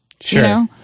Sure